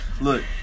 Look